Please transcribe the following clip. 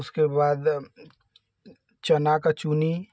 उसके बाद चने की चुनी